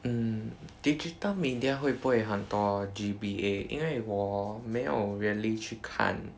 mm digital media 会不会很多 G_B_A 因为我没有 really 去看